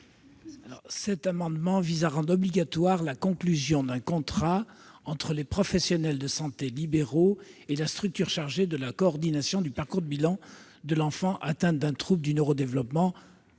Cet amendement vise à rendre obligatoire la conclusion d'un contrat entre les professionnels de santé libéraux et la structure chargée de la coordination du parcours de bilan de l'enfant atteint d'un trouble du neuro-développement